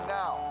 now